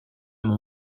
mon